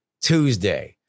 Tuesday